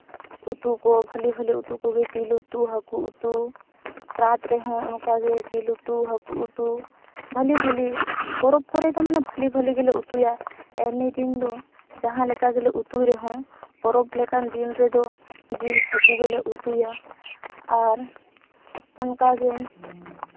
ᱩᱛᱩ ᱠᱚ ᱵᱷᱟᱹᱞᱤᱼᱵᱷᱟᱹᱞᱤ ᱩᱛᱩ ᱠᱚ ᱡᱤᱞ ᱩᱛᱩ ᱦᱟᱹᱠᱩ ᱩᱛᱩ ᱨᱟᱛ ᱨᱮᱦᱚᱸ ᱚᱱᱠᱟᱜᱮ ᱡᱤᱞ ᱩᱛᱩ ᱦᱟᱹᱠᱩ ᱩᱛᱩ ᱵᱷᱟᱹᱞᱤᱼᱵᱷᱟᱹᱞᱤ ᱯᱚᱨᱚᱵᱽ ᱠᱚᱨᱮᱫᱚ ᱢᱟᱱᱮ ᱵᱷᱟᱹᱞᱤᱼᱵᱷᱟᱹᱞᱤ ᱜᱮᱞᱮ ᱩᱛᱩᱭᱟ ᱮᱢᱱᱤ ᱫᱤᱱ ᱫᱚ ᱡᱟᱦᱟᱸ ᱞᱮᱠᱟ ᱜᱮᱞᱮ ᱩᱛᱩᱭ ᱨᱮᱦᱚᱸ ᱯᱚᱨᱚᱵᱽ ᱞᱮᱠᱟᱱ ᱫᱤᱱ ᱨᱮᱫᱚ ᱡᱤᱞ ᱦᱟᱹᱠᱩ ᱜᱮᱞᱮ ᱩᱛᱩᱭᱟ ᱟᱨ ᱚᱱᱠᱟᱜᱮ